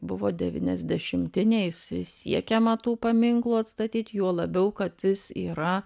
buvo devyniasdešimtiniais s siekiama tų paminklų atstatyt juo labiau kad jis yra